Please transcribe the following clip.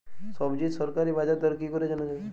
সবজির সরকারি বাজার দর কি করে জানা যাবে?